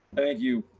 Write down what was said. thank you,